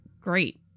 great